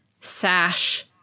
sash